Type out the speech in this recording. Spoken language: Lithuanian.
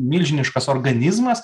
milžiniškas organizmas